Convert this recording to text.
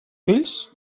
fills